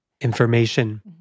Information